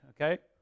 okay